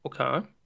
Okay